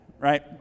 right